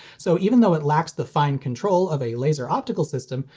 so even though it lacks the fine control of a laser-optical system,